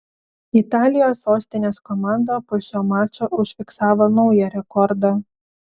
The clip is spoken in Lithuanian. italijos sostinės komanda po šio mačo užfiksavo naują rekordą